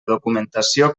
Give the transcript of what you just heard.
documentació